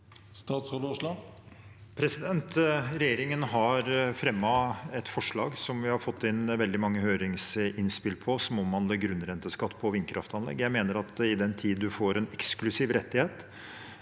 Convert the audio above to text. Statsråd Terje Aasland Regjeringen har fremmet et forslag som vi har fått inn veldig mange høringsinnspill på, som omhandler grunnrenteskatt på vindkraftanlegg. Jeg mener at all den tid en får en eksklusiv rettighet